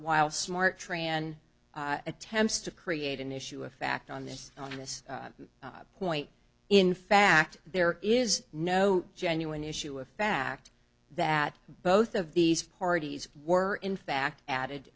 hile smart tran attempts to create an issue of fact on this on this point in fact there is no genuine issue of fact that both of these parties were in fact added